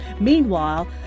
Meanwhile